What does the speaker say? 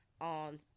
on